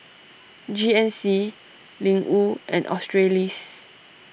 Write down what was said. G N C Ling Wu and Australis